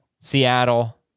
Seattle